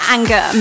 Anger